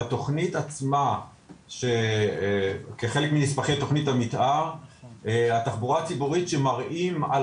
בתכנית עצמה כחלק מנספחי תכנית המתאר התחבורה הציבורית שמראים על